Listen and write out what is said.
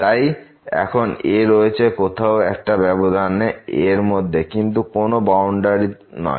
তাই এখন a রয়েছে কোথাও একটা এই ব্যবধান এর মধ্যে কিন্তু কোন বাউন্ডারিতে নয়